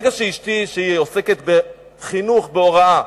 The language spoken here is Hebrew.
ברגע שאשתי, שעוסקת בחינוך, בהוראה,